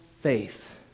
faith